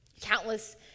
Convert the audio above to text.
Countless